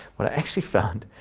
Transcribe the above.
what i actually found,